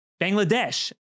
Bangladesh